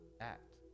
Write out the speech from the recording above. act